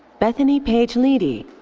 bethany paige leedy.